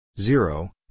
zero